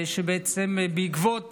שבעצם בעקבות